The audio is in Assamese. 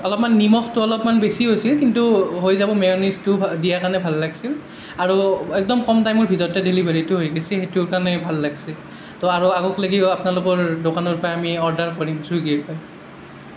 অলপমান নিমখটো অলপমান বেছি হৈছে কিন্তু হৈ যাব মেয়নিজটো দিয়াৰ কাৰণে ভাল লাগিছিল আৰু একদম কম টাইমৰ ভিতৰতে ডেলিভাৰিটো হৈ গেইছি সেইটোৰ কাৰণে ভাল লাগিছে ত' আৰু আগোক লেগিও আপনালোকৰ দোকানৰ পই আমি অৰ্ডাৰ কৰিম চুইগীৰ